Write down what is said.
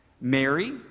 Mary